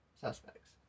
suspects